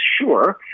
Sure